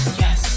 yes